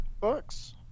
books